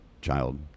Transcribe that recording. child